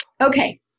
Okay